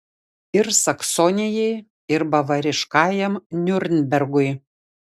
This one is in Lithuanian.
ir saksonijai ir bavariškajam niurnbergui